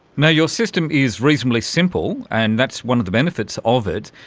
now, your system is reasonably simple and that's one of the benefits of it.